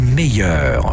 meilleur